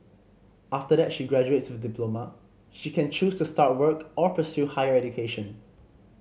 after that she graduates with a diploma she can choose to start work or pursue higher education